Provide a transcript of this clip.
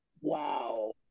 wow